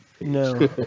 No